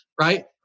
right